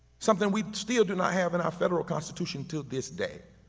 something we still do not have in our federal constitution to this day.